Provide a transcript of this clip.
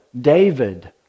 David